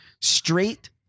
Straight